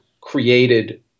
created